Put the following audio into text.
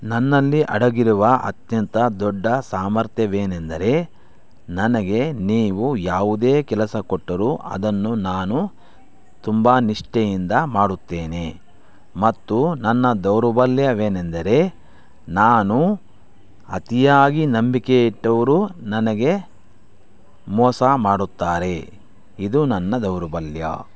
ನನ್ನಲ್ಲಿ ಅಡಗಿರುವ ಅತ್ಯಂತ ದೊಡ್ಡ ಸಾಮರ್ಥ್ಯವೆನೆಂದರೆ ನನಗೆ ನೀವು ಯಾವುದೇ ಕೆಲಸ ಕೊಟ್ಟರೂ ಅದನ್ನು ನಾನು ತುಂಬ ನಿಷ್ಠೆಯಿಂದ ಮಾಡುತ್ತೇನೆ ಮತ್ತು ನನ್ನ ದೌರ್ಬಲ್ಯವೇನೆಂದರೆ ನಾನು ಅತಿಯಾಗಿ ನಂಬಿಕೆ ಇಟ್ಟವರು ನನಗೆ ಮೋಸ ಮಾಡುತ್ತಾರೆ ಇದು ನನ್ನ ದೌರ್ಬಲ್ಯ